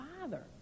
father